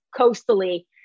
coastally